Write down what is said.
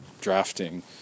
drafting